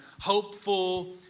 hopeful